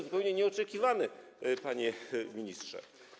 Zupełnie nieoczekiwane, panie ministrze.